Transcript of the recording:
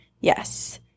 Yes